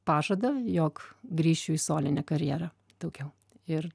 pažadą jog grįšiu į solinę karjerą daugiau ir